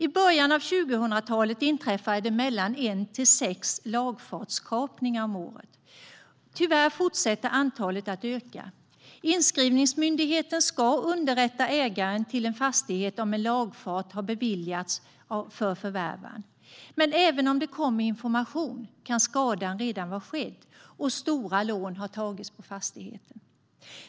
I början av 2000-talet inträffade mellan en och sex lagfartskapningar om året. Tyvärr fortsätter antalet att öka. Inskrivningsmyndigheten ska underrätta ägaren till en fastighet om en lagfart har beviljats för förvärvaren. Men även om det kommer information kan skadan redan vara skedd och stora lån ha tagits på fastigheten.